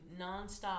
nonstop